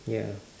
ya